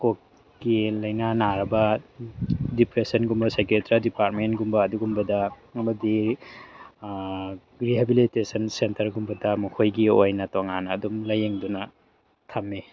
ꯀꯣꯛꯀꯤ ꯂꯥꯏꯅꯥ ꯅꯥꯔꯕ ꯗꯤꯄ꯭ꯔꯦꯁꯟꯒꯨꯝꯕ ꯁꯥꯏꯀꯦꯇ꯭ꯔꯤꯛ ꯗꯤꯄꯥꯔꯠꯃꯦꯟꯒꯨꯝꯕ ꯑꯗꯨꯒꯨꯝꯕꯗ ꯑꯃꯗꯤ ꯔꯤꯍꯦꯕꯤꯂꯤꯇꯦꯁꯟ ꯁꯦꯟꯇꯔꯒꯨꯝꯕꯗ ꯃꯈꯣꯏꯒꯤ ꯑꯣꯏꯅ ꯇꯣꯡꯉꯥꯟꯅ ꯑꯗꯨꯝ ꯂꯥꯏꯌꯦꯡꯗꯨꯅ ꯊꯝꯃꯤ